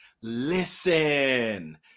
Listen